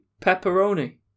pepperoni